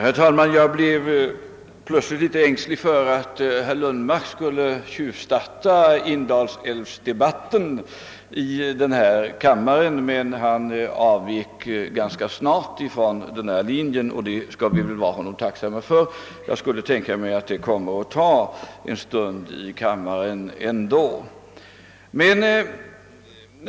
Herr talman! Jag blev plötsligt något ängslig för att herr Lundmark skulle tjuvstarta vindelälvsdebatten i denna kammare, men han frångick ganska snart denna linje, och det skall vi vara honom tacksamma för. Jag skulle tro att den diskussionen ändå kommer att ta en god stund av kammarens tid i anspråk.